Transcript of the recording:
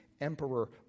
Emperor